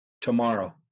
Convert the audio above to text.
tomorrow